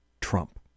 Trump